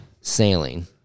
Sailing